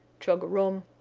chug-a-rum,